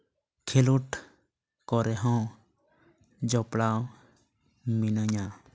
ᱠᱷᱮᱞᱳᱰ ᱠᱚᱨᱮᱦᱚᱸ ᱡᱚᱯᱲᱟᱣ ᱢᱤᱱᱟᱹᱧᱟ